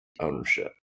ownership